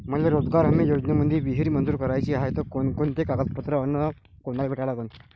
मले रोजगार हमी योजनेमंदी विहीर मंजूर कराची हाये त कोनकोनते कागदपत्र अस कोनाले भेटा लागन?